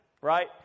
Right